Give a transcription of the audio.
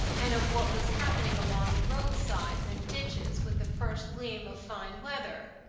and of what was happening along the roadsides and ditches with the first gleam of fine weather.